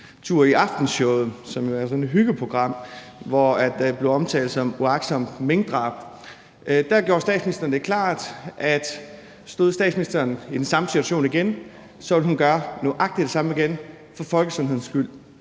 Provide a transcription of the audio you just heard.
tur i Aftenshowet, som jo er sådan et hyggeprogram, hvor det blev omtalt som uagtsomt minkdrab. Der gjorde statsministeren det klart, at stod statsministeren i den samme situation igen, ville hun gøre nøjagtig det samme igen for folkesundhedens skyld.